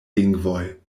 lingvoj